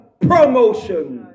promotion